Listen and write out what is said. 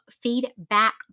feedback